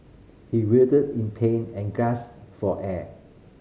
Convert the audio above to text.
he writhed in pain and gasped for air